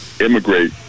immigrate